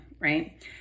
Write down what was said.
right